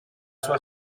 sua